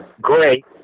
great